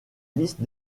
liste